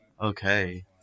Okay